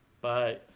Bye